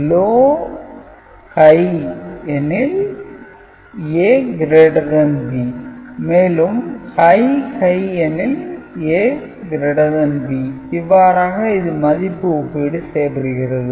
L H எனில் A B மேலும் H H எனில் A ≥ B இவ்வாறாக இது மதிப்பு ஒப்பீடு செய்கிறது